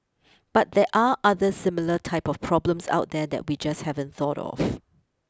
but there are other similar type of problems out there that we just haven't thought of